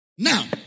Now